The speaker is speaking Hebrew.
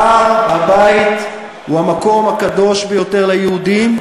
הר-הבית הוא המקום הקדוש ביותר ליהודים.